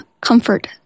comfort